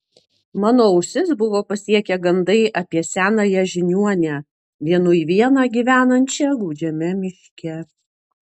mano ausis buvo pasiekę gandai apie senąją žiniuonę vienui vieną gyvenančią gūdžiame miške